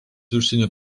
užsienio